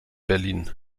berlin